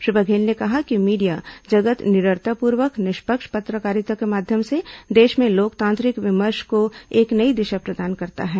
श्री बघेल ने कहा है कि मीडिया जगत निडरतापूर्वक निष्पक्ष पत्रकारिता के माध्यम से देश मे लोकतांत्रिक विमर्श को एक नई दिशा प्रदान करता है